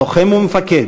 לוחם ומפקד,